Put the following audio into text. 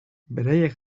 beraiek